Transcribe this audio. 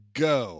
go